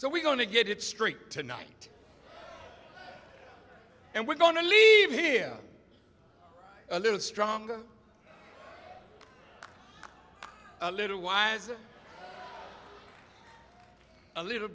so we're going to get it straight tonight and we're going to leave here a little stronger a little wiser a little